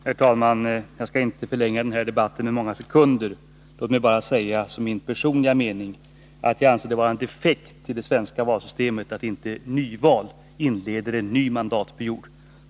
Herr talman! Jag skall inte förlänga debatten med många sekunder. Låt mig bara säga som min personliga mening, att jag anser det vara en defekt i det svenska valsystemet att inte nyval inleder en ny mandatperiod.